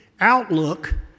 outlook